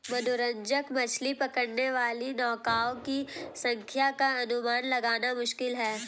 मनोरंजक मछली पकड़ने वाली नौकाओं की संख्या का अनुमान लगाना मुश्किल है